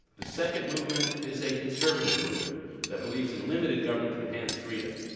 the second movement is a conservative movement that believes in limited government to enhance freedom.